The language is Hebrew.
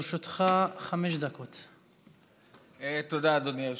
תודה, אדוני היושב-ראש.